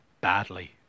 badly